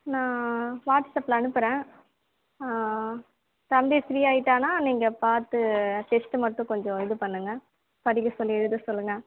நான் வாட்ஸ்அப்பில் அனுப்புகிறேன் தம்பி ஃப்ரீ ஆகிட்டாேனா நீங்கள் பார்த்து டெஸ்ட்டு மட்டும் கொஞ்சம் இது பண்ணுங்க படிக்க சொல்லி எழுத சொல்லுங்கள்